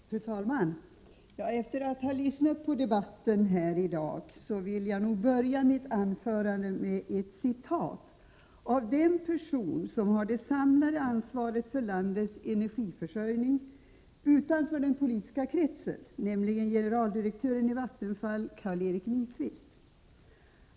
Fru talman! Efter att ha lyssnat på debatten här i dag vill jag inleda mitt 7 juni 1988 anförande med ett citat av den person utanför den politiska kretsen som har det samlade ansvaret för landets elenergiförsörjning, nämligen generaldirektören i Vattenfall Carl-Erik Nyquist.